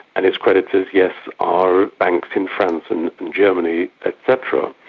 and its creditors, yes, are banks in france and germany etc.